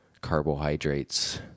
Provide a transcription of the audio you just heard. carbohydrates